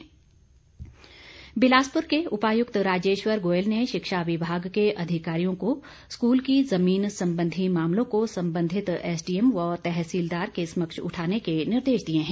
निर्देश बिलासपुर के उपायुक्त राजेश्वर गोयल ने शिक्षा विभाग के अधिकारियों को स्कूल की जमीन संबंधी मामलों को संबंधित एसडीएम व तहसीलदार के समक्ष उठाने के निर्देश दिए हैं